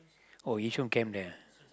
oh Yishun camp there ah